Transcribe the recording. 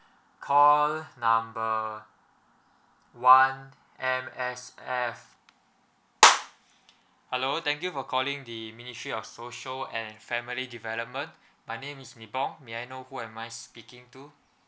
call number one M_S_F hello thank you for calling the ministry of social and family development my name is mee pong may I know who am I speaking to